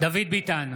דוד ביטן,